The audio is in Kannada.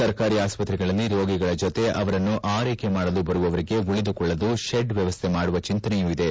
ಸರ್ಕಾರಿ ಆಸ್ಪತ್ರೆಗಳಲ್ಲಿ ರೋಗಿಗಳ ಜೊತೆ ಅವರನ್ನು ಆರೈಕೆ ಮಾಡಲು ಬರುವವರಿಗೆ ಉಳಿದುಕೊಳ್ಳಲು ಶೆಡ್ ವ್ಯವಸ್ಥೆ ಮಾಡುವ ಚಿಂತನೆಯೂ ಇದೆ